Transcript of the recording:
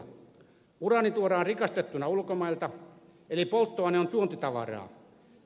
uraani tuodaan rikastettuna ulkomailta eli polttoaine on tuontitavaraa